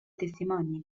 testimoni